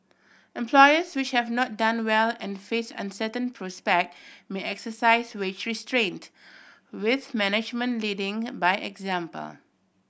employers which have not done well and face uncertain prospect may exercise wage restraint with management leading by example